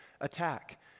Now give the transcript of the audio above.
attack